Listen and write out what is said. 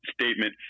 statement